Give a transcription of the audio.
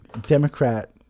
Democrat